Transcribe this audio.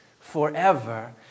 forever